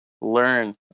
learn